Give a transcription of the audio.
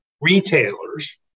retailers